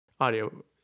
Audio